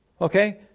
okay